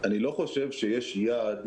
אני לא חושב שיש יעד,